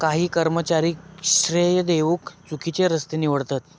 काही कर्मचारी श्रेय घेउक चुकिचे रस्ते निवडतत